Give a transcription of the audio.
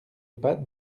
pas